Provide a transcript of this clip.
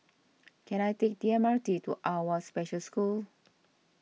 can I take the M R T to Awwa Special School